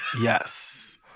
yes